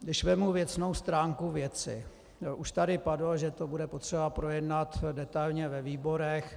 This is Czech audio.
Když vezmu věcnou stránku věci, už tady padlo, že to bude potřeba projednat detailně ve výborech.